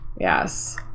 Yes